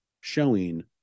showing